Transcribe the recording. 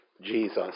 Jesus